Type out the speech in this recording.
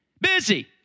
Busy